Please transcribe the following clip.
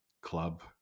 club